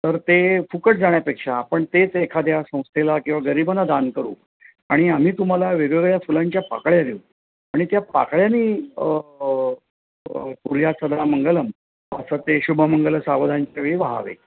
तर ते फुकट जाण्यापेक्षा आपण जे तर एखाद्या संस्थेला किंवा गरीबाना दान करू आणि आम्ही तुम्हाला वेगवेगळ्या फुलांच्या पाकळ्या देऊ आणि त्या पाकळ्यानी कुर्यात सदा मंगलम असं ते शुभमंगल सावधानच्या वेळी वाहावे